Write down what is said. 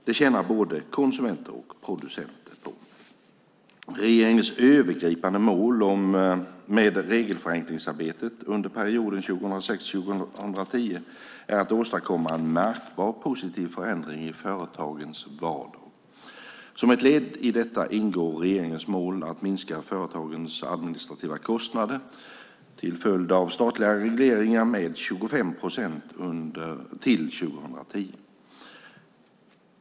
Det tjänar både konsumenter och producenter på. Regeringens övergripande mål med regelförenklingsarbetet under perioden 2006-2010 är att åstadkomma en märkbar positiv förändring i företagens vardag. Som ett led i detta ingår regeringens mål att minska företagens administrativa kostnader till följd av statliga regler med 25 procent till 2010.